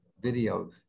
video